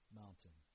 mountain